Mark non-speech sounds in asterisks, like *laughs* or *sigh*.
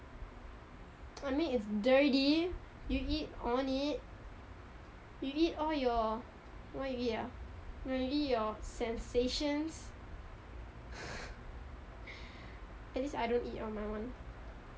I mean it's dirty you eat on it you eat all your what you eat ah you eat your sensations *laughs* at least I don't eat on my one